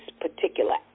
particular